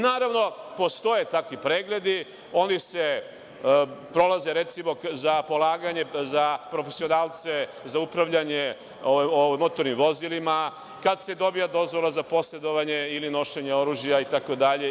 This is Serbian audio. Naravno postoje takvi pregledi, oni se prolaze za polaganje za profesionalce, za upravljanje motornim vozilima, kada se dobija dozvola za posedovanje ili nošenje oružja itd.